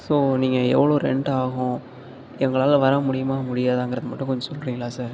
so நீங்கள் எவ்வளோ rent ஆகும் எங்களால் வர முடியுமா முடியாதாங்கிறது மட்டும் கொஞ்சம் சொல்கிறீங்களா சார்